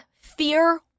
fear